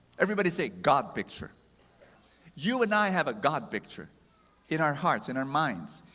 everybody say god picture you and i have a god picture in our hearts, in our minds.